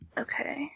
Okay